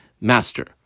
master